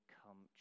come